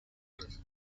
him